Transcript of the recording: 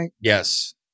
Yes